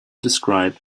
describe